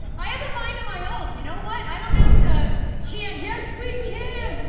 i have a mind of my own, you know what, i don't have to chant yes we can.